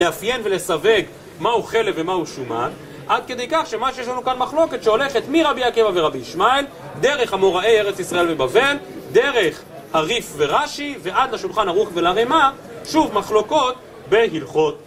לאפיין ולסווג מהו חלב ומהו שומן עד כדי כך שמה שיש לנו כאן מחלוקת שהולכת מרבי עקיבא ורבי ישמעאל דרך אמוראי ארץ ישראל ובבל דרך הרי"ף ורש"י ועד לשולחן ערוך ולרמ"א שוב מחלוקות בהלכות.